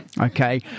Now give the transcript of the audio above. okay